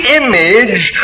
image